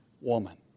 woman